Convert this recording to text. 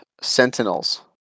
sentinels